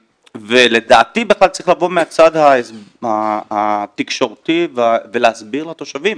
ולדעתי בכלל צריך לבוא מהצד התקשורתי ולהסביר לתושבים